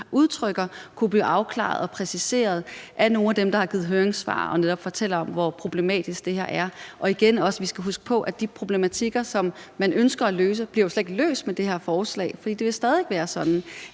udtrykker, kunne blive afklaret og præciseret af nogle af dem, der har givet høringssvar og netop fortæller om, hvor problematisk det her er? Og igen skal vi også huske på, at de problematikker, som man ønsker at løse, jo slet ikke bliver løst med det her forslag, for det vil stadig væk være sådan,